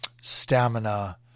stamina—